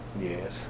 Yes